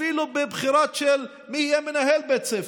אפילו בבחירה של מי יהיה מנהל בית ספר,